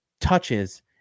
touches